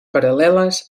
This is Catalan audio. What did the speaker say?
paral·leles